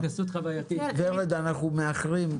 ורד, לצערי אנחנו מאחרים.